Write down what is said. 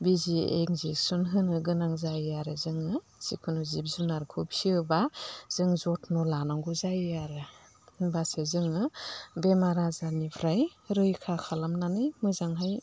बिजि इनजेकसन होनो गोनां जायो आरो जोङो जिखुनु जिब जुनारखौ फियोब्ला जों जथन' लानांगौ जायो आरो होमब्लासो जोङो बेमार आजारनिफ्राय रैखा खालामनानै मोजांहाय